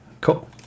cool